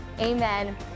amen